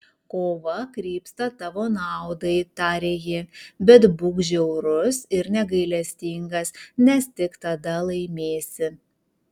kova krypsta tavo naudai tarė ji bet būk žiaurus ir negailestingas nes tik tada laimėsi